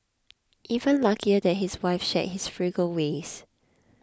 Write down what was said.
even luckier that his wife shared his frugal ways